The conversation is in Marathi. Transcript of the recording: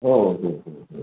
हो हो हो हो